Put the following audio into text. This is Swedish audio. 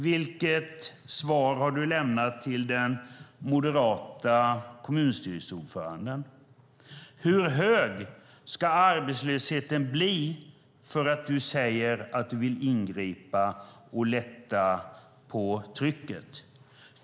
Vilket svar har du lämnat till den moderata kommunstyrelseordföranden? Hur hög ska arbetslösheten bli för att du ska säga att du vill ingripa och lätta på trycket?